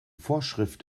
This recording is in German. vorschrift